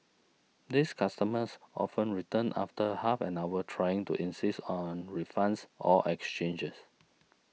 these customers often return after half an hour trying to insist on refunds or exchanges